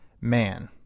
man